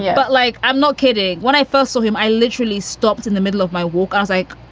yeah but like, i'm not kidding. when i first saw him, i literally stopped in the middle of my walk. i was like,